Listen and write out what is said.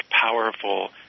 powerful